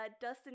Dustin